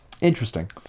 Interesting